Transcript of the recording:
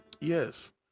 Yes